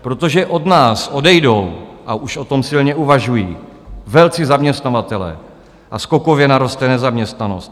Protože od nás odejdou, a už o tom silně uvažují, velcí zaměstnavatelé a skokově naroste nezaměstnanost.